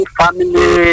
family